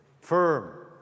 firm